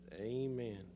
amen